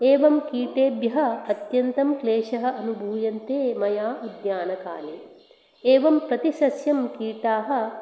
एवं कीटेभ्यः अत्यन्तं क्लेशः अनुभूयन्ते मया उद्यानकाले एवं प्रतिसस्यं कीटाः